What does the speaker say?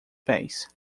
pés